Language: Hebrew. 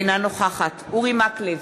אינה נוכחת אורי מקלב,